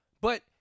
But-